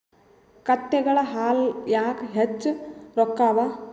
ಕತ್ತೆಗಳ ಹಾಲ ಯಾಕ ಹೆಚ್ಚ ರೊಕ್ಕ ಅವಾ?